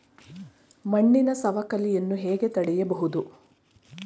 ಮಣ್ಣಿನ ಸವಕಳಿಯನ್ನು ಹೇಗೆ ತಡೆಯಬಹುದು?